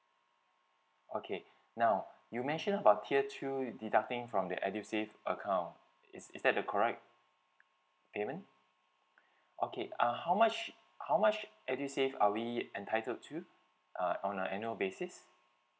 okay now you mentioned about tier two deducting from the edusave account is is that the correct payment okay uh how much how much edusave are we entitled to uh on a annual basis